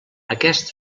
aquest